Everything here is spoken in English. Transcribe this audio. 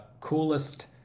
coolest